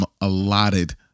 allotted